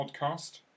podcast